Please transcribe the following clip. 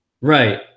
Right